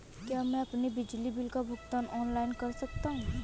क्या मैं अपने बिजली बिल का भुगतान ऑनलाइन कर सकता हूँ?